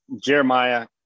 Jeremiah